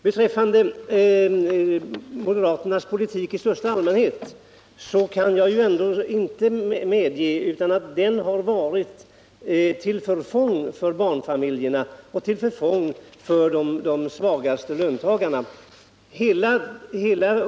Beträffande moderaternas politik i största allmänhet kan jag ändå inte säga annat än att den varit till förfång för barnfamiljerna och för de svagaste löntagarna.